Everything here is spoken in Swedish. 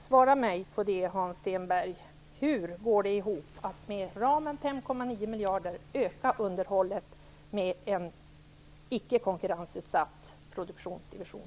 Svara mig på den här frågan, Hans Stenberg: Hur går det ihop att inom ramen på 5,9 miljarder öka underhållet med en icke konkurrensutsatt produktionsdivision?